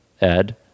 Ed